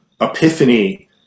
epiphany